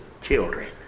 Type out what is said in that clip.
children